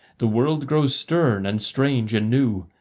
the world grows stern and strange and new,